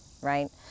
right